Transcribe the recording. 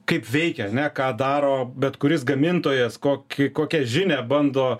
kaip veikia ane ką daro bet kuris gamintojas kokį kokią žinią bando